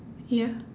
ya